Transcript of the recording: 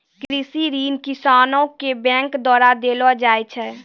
कृषि ऋण किसानो के बैंक द्वारा देलो जाय छै